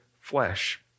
flesh